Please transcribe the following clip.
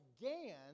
again